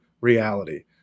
reality